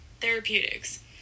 therapeutics